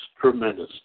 tremendous